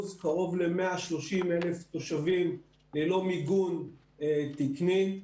קרוב ל-130,000 תושבים ללא מיגון תקני.